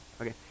Okay